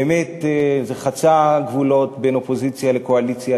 באמת, זה חצה גבולות של אופוזיציה וקואליציה.